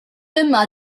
yma